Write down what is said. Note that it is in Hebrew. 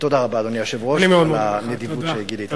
תודה רבה, אדוני היושב-ראש, על הנדיבות שגילית.